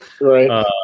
Right